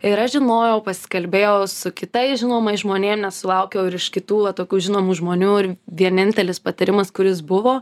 ir aš žinojau pasikalbėjau su kitais žinomais žmonėm nes sulaukiau ir iš kitų va tokių žinomų žmonių ir vienintelis patyrimas kuris buvo